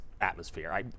atmosphere